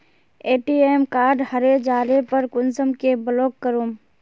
ATM card हरे जाले पर कुंसम के ब्लॉक करूम?